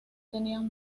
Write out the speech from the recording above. tenían